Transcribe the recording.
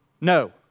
no